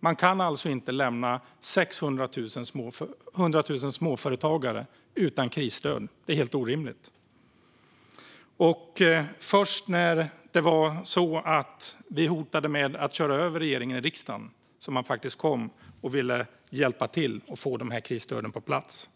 Man kan inte lämna 600 000 småföretagare utan krisstöd. Det var först när vi hotade med att köra över regeringen i riksdagen som man faktiskt kom och ville hjälpa till att få krisstöden på plats.